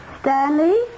Stanley